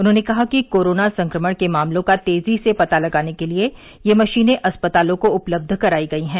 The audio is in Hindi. उन्होंने कहा कि कोरोना संक्रमण के मामलों का तेजी से पता लगाने के लिए ये मशीनें अस्पतालों को उपलब्ध करायी गयी हैं